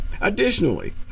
Additionally